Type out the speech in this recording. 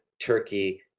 Turkey